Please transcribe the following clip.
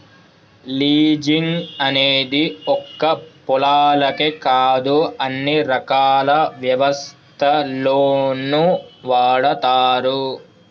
leasing అనేది ఒక్క పొలాలకే కాదు అన్ని రకాల వ్యవస్థల్లోనూ వాడతారు